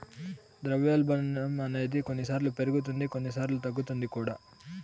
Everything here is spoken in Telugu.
ద్రవ్యోల్బణం అనేది కొన్నిసార్లు పెరుగుతుంది కొన్నిసార్లు తగ్గుతుంది కూడా